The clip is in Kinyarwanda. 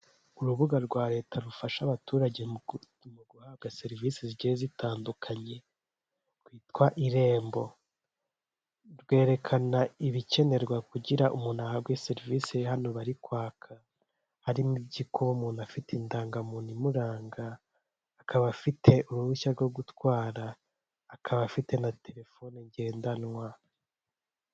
Urubuga rwa leta rufasha abaturage mu guhabwa serivisi zigiye zitandukanye rwitwa irembo rwerekana ibikenerwa kugira umuntu ahabwe serivisi hano bari kwaka harimo iby'uko umuntu afite indangamuntu imuranga akaba afite uruhushya rwo gutwara, akaba afite na telefone ngendanwa.